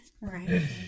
Right